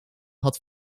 had